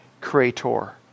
creator